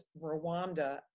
Rwanda